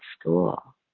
school